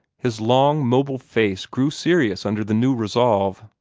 his long mobile face grew serious under the new resolve.